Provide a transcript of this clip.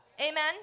Amen